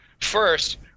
First